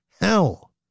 Hell